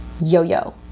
Yo-Yo